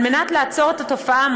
כדי לעצור את התופעה,